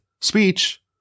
speech